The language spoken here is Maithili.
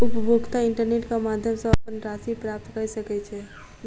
उपभोगता इंटरनेट क माध्यम सॅ अपन राशि प्राप्त कय सकै छै